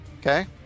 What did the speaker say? Okay